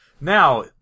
Now